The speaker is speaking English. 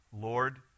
Lord